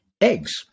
eggs